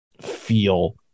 feel